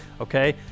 Okay